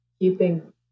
Keeping